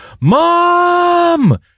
Mom